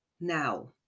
now